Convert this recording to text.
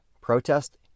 protest